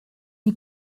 die